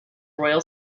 royal